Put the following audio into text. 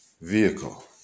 vehicle